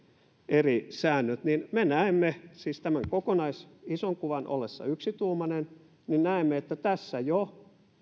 eri säännöt me näemme siis tämän kokonais ison kuvan ollessa yksituumainen että tässä jo